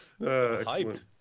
Hyped